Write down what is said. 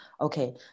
Okay